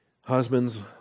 Husbands